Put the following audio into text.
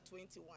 21